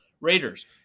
Raiders